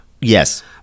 Yes